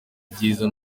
byiza